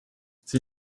sie